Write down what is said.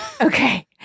Okay